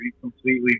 completely